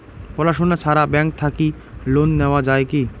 পড়াশুনা ছাড়া ব্যাংক থাকি লোন নেওয়া যায় কি?